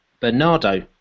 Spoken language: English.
Bernardo